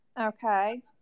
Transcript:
Okay